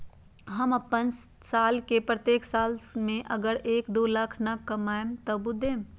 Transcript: हम अपन साल के प्रत्येक साल मे अगर एक, दो लाख न कमाये तवु देम?